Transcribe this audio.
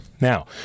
Now